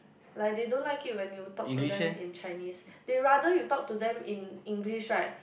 like they don't like it when you talk to them in Chinese they rather you talk to them in English right